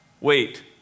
wait